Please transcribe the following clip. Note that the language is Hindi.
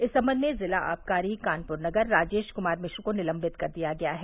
इस सम्बंध में जिला आबकारी कानपुर नगर राजेश कुमार मिश्रा को निलंबित कर दिया गया है